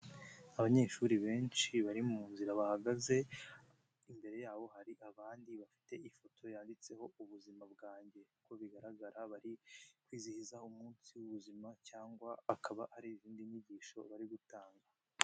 Abanyeshuri benshi bari mu nzira bahagaze imbere yabo hari abandi bafite ifoto yanditseho ubuzima bwanjye uko bigaragara bari kwizihiza umunsi w'ubuzima cyangwa akaba ari izindi nyigisho bari gutanga.